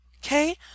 okay